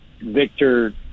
Victor